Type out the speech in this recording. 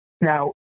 now